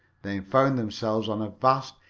they found themselves on a vast,